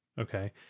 Okay